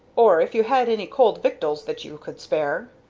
or if you had any cold victuals that you could spare